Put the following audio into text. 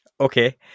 Okay